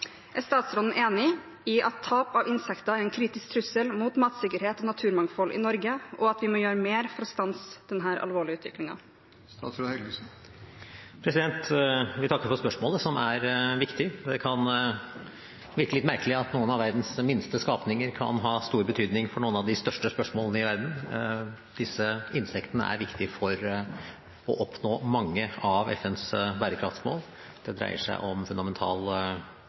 Er statsråden enig i at tap av insekter er en kritisk trussel mot matsikkerhet og naturmangfold i Norge, og at vi må gjøre mye mer for å stanse den alvorlige utviklingen?» Jeg vil takke for spørsmålet, som er viktig. Det kan virke litt merkelig at noen av verdens minste skapninger kan ha stor betydning for noen av de største spørsmålene i verden. Disse insektene er viktige for å nå mange av FNs bærekraftsmål. Det dreier seg om